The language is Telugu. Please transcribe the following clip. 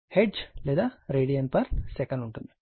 హెర్ట్జ్ లేదా రేడియన్సెకన్ ఉంటుంది